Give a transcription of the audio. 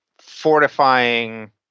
fortifying